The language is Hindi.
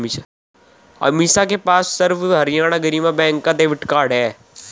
अमीषा के पास सर्व हरियाणा ग्रामीण बैंक का डेबिट कार्ड है